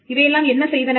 இவையெல்லாம் என்ன செய்தன